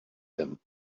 him